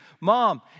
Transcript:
mom